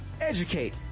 Educate